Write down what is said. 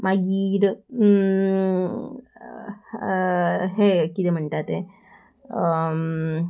मागीर हें किदें म्हणटा तें